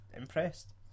impressed